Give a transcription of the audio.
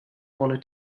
honor